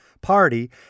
Party